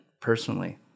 personally